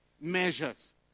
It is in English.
measures